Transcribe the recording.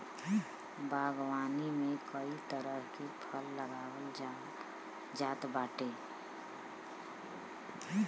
बागवानी में कई तरह के फल लगावल जात बाटे